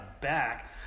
back